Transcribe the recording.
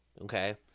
okay